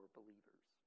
believers